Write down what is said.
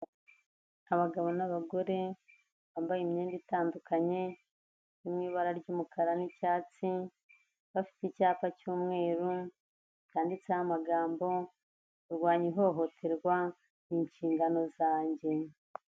Abagabo n'abagore bambaye imyenda itandukanye, yo mu ibara ry'umukara n'icyatsi, bafite icyapa cy'umweru cyanditseho amagambo 'kurwanya ihohoterwa nishingano zanjye'.